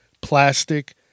plastic